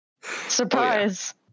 surprise